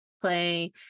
play